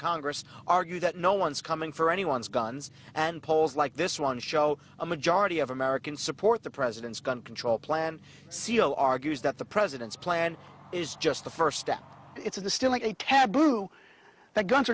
congress argue that no one's coming for anyone's guns and polls like this one show a majority of americans support the president's gun control plan c o argues that the president's plan is just the first step it's the still a taboo that guns